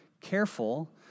careful